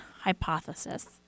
hypothesis